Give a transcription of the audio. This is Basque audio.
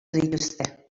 dituzte